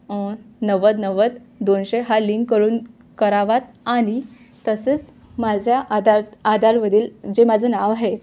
नव्वद नव्वद दोनशे हा लिंक करून करावा आणि तसेच माझ्या आधार आधारवरील जे माझं नाव आहे